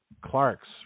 Clark's